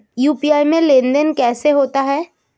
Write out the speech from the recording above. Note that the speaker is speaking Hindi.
यू.पी.आई में लेनदेन कैसे होता है?